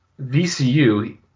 VCU